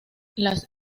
las